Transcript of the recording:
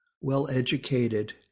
well-educated